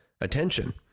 attention